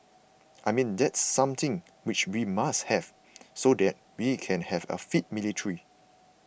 I mean that's something which we must have so that we can have a fit military